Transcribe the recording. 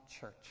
church